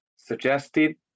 Suggested